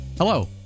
Hello